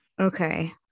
Okay